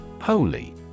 Holy